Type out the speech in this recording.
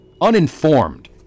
uninformed